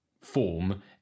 form